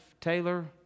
Taylor